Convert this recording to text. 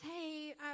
hey